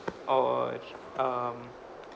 or um